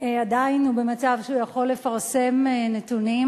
עדיין במצב שהוא יכול לפרסם נתונים,